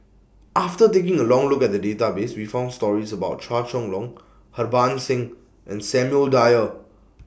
after taking A Look At The Database We found stories about Chua Chong Long Harbans Singh and Samuel Dyer